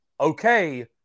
okay